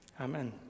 Amen